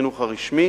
בחינוך הרשמי